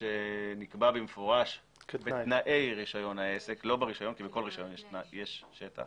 שנקבע במפורש בתנאי רישיון העסק" - לא ברישיון כי בכל רישיון יש שטח